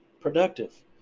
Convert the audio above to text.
productive